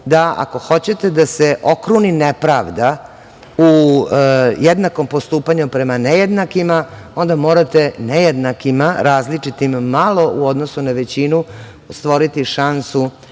da ako hoćete da se okruni nepravda u jednakom postupanju prema nejednakima, onda morate nejednakima, različitim malo u odnosu na većinu, stvoriti šansu